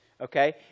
okay